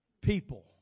people